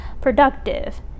productive